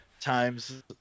times